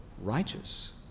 righteous